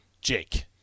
Jake